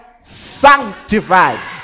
sanctified